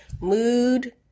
mood